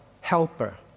helper